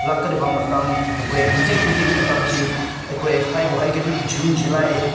ꯂꯥꯛꯀꯗꯕ ꯃꯇꯝ ꯑꯩꯈꯣꯏ ꯍꯧꯖꯤꯛ ꯍꯧꯖꯤꯛ ꯃꯇꯝꯁꯤ ꯑꯩꯈꯣꯏ ꯍꯥꯏꯕꯨ ꯍꯥꯏꯒ꯭ꯔꯗꯤ ꯖꯨꯟ ꯖꯨꯂꯥꯏ